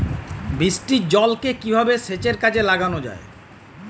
বৃষ্টির জলকে কিভাবে সেচের কাজে লাগানো য়ায়?